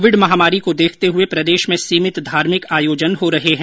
Covid महामारी को देखते हुये प्रदेश में सीमित धार्मिक आयोजन हो रहे है